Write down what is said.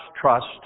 trust